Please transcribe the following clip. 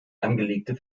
angelegte